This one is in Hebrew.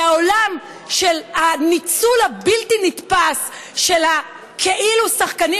שהעולם של הניצול הבלתי-נתפס של כאילו שחקנים